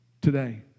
today